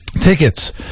tickets